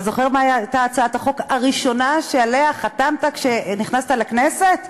אתה זוכר מה הייתה הצעת החוק הראשונה שעליה חתמת כשנכנסת לכנסת?